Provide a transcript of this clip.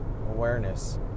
awareness